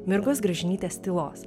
mirgos gražinytės tylos